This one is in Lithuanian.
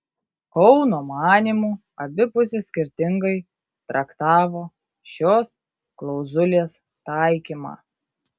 kauno manymu abi pusės skirtingai traktavo šios klauzulės taikymą